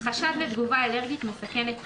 "חשד לתגובה אלרגית מסכנת חיים"